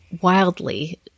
wildly